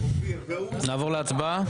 נעבור להצבעה?